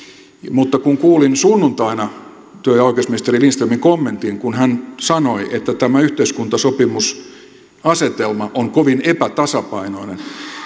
mutta kun kuulin sunnuntaina työ ja oikeusministeri lindströmin kommentin kun hän sanoi että tämä yhteiskuntasopimusasetelma on kovin epätasapainoinen